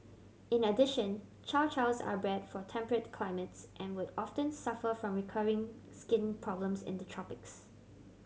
in addition Chow Chows are bred for temperate climates and would often suffer from recurring skin problems in the tropics